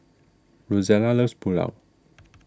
Rozella loves Pulao